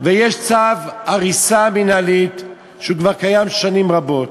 ויש צו הריסה מינהלי שכבר קיים שנים רבות,